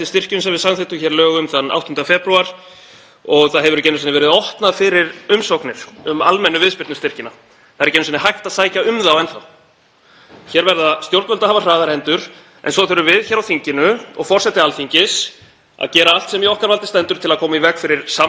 þá enn. Stjórnvöld verða að hafa hraðar hendur en svo þurfum við hér á þinginu og forseti Alþingis að gera allt sem í okkar valdi stendur til að koma í veg fyrir sams konar seinagang, sams konar tafir á nauðsynlegum aðgerðum vegna hækkandi verðlags og hækkandi vaxta sem skuldsett og tekjulág heimili verða fyrir.